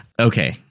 okay